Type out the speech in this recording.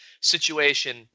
situation